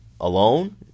alone